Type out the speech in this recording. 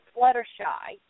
Fluttershy